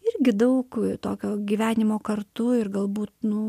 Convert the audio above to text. irgi daug tokio gyvenimo kartu ir galbūt nu